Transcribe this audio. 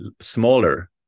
smaller